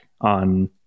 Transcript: on